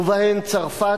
ובהן צרפת,